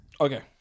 Okay